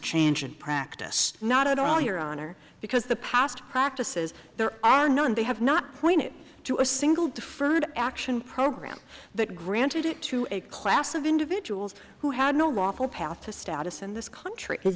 change in practice not at all your honor because the past practices there are no and they have not pointed to a single deferred action program that granted it to a class of individuals who had no lawful path to status in this country is